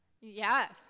Yes